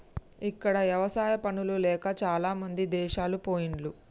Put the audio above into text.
ఇక్కడ ఎవసాయా పనులు లేక చాలామంది దేశాలు పొయిన్లు